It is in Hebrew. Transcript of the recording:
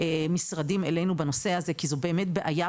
משרדים אלינו בנושא הזה כי זו באמת בעיה,